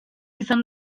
izan